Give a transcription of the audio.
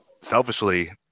selfishly